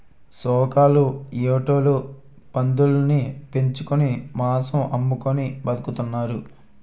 సాకల్లు యాటోలు పందులుని పెంచుకొని మాంసం అమ్ముకొని బతుకుతున్నారు